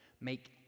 make